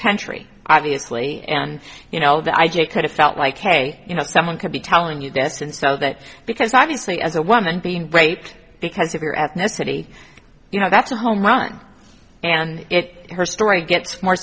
country obviously and you know that i get kind of felt like hey you know someone could be telling you this and so that because obviously as a woman being raped because of your ethnicity you know that's a home run and it her story gets more